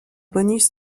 bonus